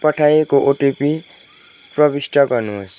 पठाइएको ओटिपी प्रविष्ट गर्नुहोस्